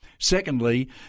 Secondly